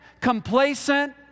complacent